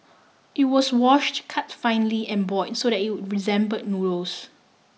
it was washed cut finely and boiled so that it resembled noodles